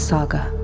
Saga